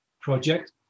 project